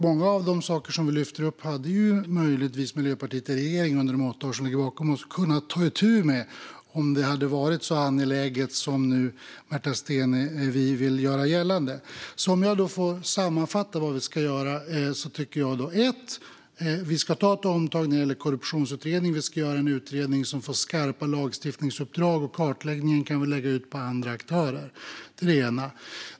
Många av de saker som vi lyfter upp hade möjligtvis Miljöpartiet i regering under de åtta år som ligger bakom oss kunnat ta itu med om det hade varit så angeläget som Märta Stenevi nu vill göra gällande. Jag kan sammanfatta vad vi ska göra. Vi ska först ta ett omtag när det gäller korruptionsutredning. Vi ska göra en utredning som får skarpa lagstiftningsuppdrag. Kartläggningen kan vi lägga ut på andra aktörer. Det är det ena.